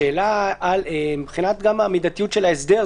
השאלה מבחינת המידתיות של ההסדר,